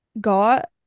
got